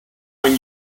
when